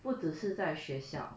不只是在学校